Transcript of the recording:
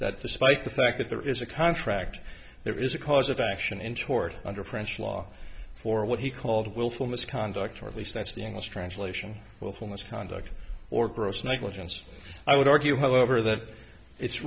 that despite the fact that there is a contract there is a cause of action in short under french law for what he called willful misconduct or at least that's the english translation willful misconduct or gross negligence i would argue however that it's